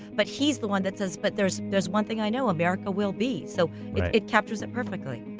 but he's the one that says, but there's there's one thing i know, america will be. so it captures it perfectly.